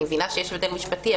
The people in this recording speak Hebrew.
אני מבינה שיש הבדל משפטי,